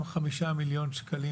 גם 4 מיליארד שקלים